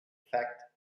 fact